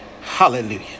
Hallelujah